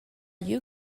you